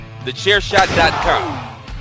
TheChairShot.com